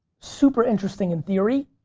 super interesting in theory.